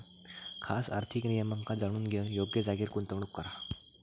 खास आर्थिक नियमांका जाणून घेऊन योग्य जागेर गुंतवणूक करा